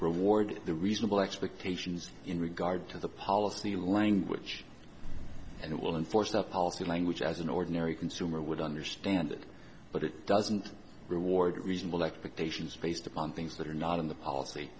reward the reasonable expectations in regard to the policy language and will enforce that policy language as an ordinary consumer would understand it but it doesn't reward reasonable expectations based upon things that are not in the policy